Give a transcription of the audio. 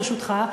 ברשותך,